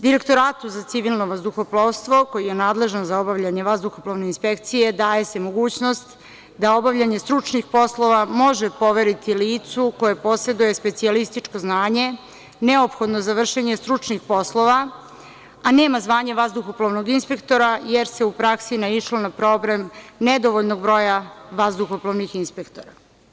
Direktoratu za civilno vazduhoplovstvo, koji je nadležan za obavljanje inspekcije, daje se mogućnost za obavljanje stručnih poslova može poveriti licu koje poseduje specijalističko znanje neophodno za vršenje stručnih poslova, a nema zvanje vazduhoplovnog inspektora, jer se u praksi naišlo na problem nedovoljnog broja vazduhoplovnih inspektora.